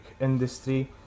industry